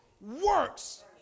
works